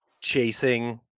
chasing